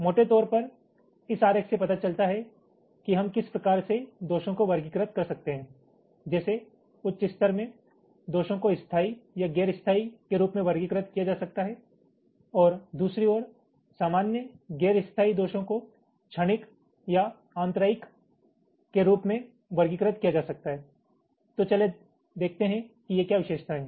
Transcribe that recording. मोटे तौर पर इस आरेख से पता चलता है कि हम किस प्रकार से दोषों को वर्गीकृत कर सकते हैं जैसे उच्चतम स्तर में दोषों को स्थायी या गैर स्थायी के रूप में वर्गीकृत किया जा सकता है और दूसरी ओर सामान्य गैर स्थायी दोषों को क्षणिक या आंतरायिक के रूप में वर्गीकृत किया जा सकता है तो चलो देखते हैं कि ये क्या विशेषताएं हैं